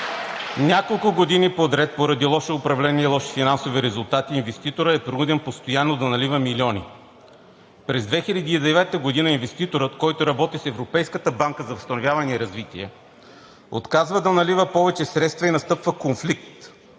Няколко години подред, поради лошо управление и лоши финансови резултати, инвеститорът е принуден постоянно да налива милиони. През 2009 г. инвеститорът, който работи с Европейската банка за възстановяване и развитие, отказва да налива повече средства и настъпва конфликт.